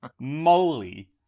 moly